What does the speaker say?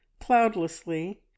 cloudlessly